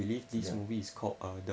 ya